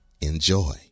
enjoy